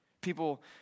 People